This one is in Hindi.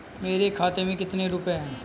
मेरे खाते में कितने रुपये हैं?